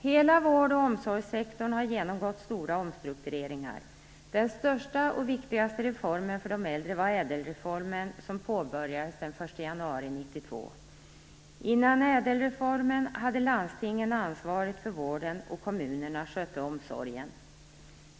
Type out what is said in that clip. Hela vård och omsorgssektorn har genomgått stora omstruktureringar. Den största och viktigaste reformen för de äldre var ÄDEL-reformen som påbörjades den 1 januari 1992. Innan ÄDEL-reformen hade landstingen ansvaret för vården och kommunerna skötte omsorgen.